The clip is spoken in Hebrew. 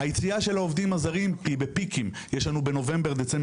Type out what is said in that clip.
היציאה של העובדים הזרים היא בפיקים: בדצמבר,